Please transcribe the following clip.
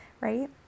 right